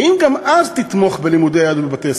האם גם אז תתמוך בלימודי יהדות בבתי-ספר?